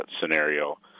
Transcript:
scenario